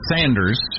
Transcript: Sanders